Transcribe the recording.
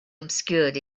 obscured